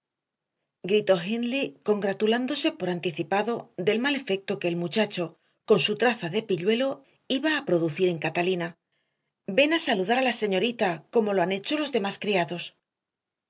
heathcliff gritó hindley congratulándose por anticipado del mal efecto que el muchacho con su traza de pilluelo iba a producir a catalina ven a saludar a la señorita como lo han hecho los demás criados